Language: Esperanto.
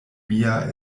mia